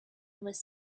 was